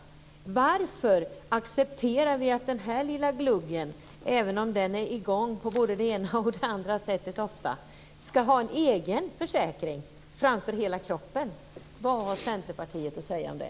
Varför accepterar vi att den här lilla gluggen, även om den ofta är i gång på både det ena och det andra sättet, ska ha en egen försäkring framför hela kroppen? Vad har Centerpartiet att säga om det?